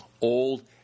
old